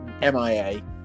MIA